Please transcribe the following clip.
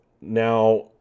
Now